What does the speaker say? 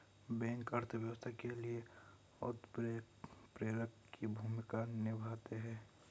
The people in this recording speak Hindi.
बैंक अर्थव्यवस्था के लिए उत्प्रेरक की भूमिका निभाते है